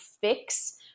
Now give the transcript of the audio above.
fix